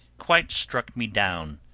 quite struck me down.